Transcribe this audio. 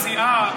הסיעה,